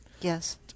Yes